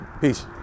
peace